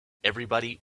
everybody